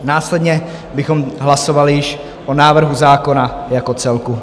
Následně bychom hlasovali již o návrhu zákona jako celku.